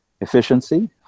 efficiency